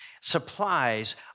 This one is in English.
supplies